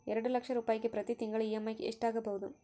ಎರಡು ಲಕ್ಷ ರೂಪಾಯಿಗೆ ಪ್ರತಿ ತಿಂಗಳಿಗೆ ಇ.ಎಮ್.ಐ ಎಷ್ಟಾಗಬಹುದು?